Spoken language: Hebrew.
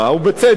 דרך אגב,